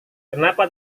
kenapa